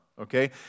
okay